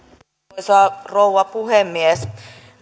arvoisa rouva puhemies